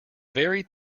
very